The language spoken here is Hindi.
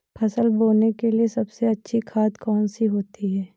फसल बोने के लिए सबसे अच्छी खाद कौन सी होती है?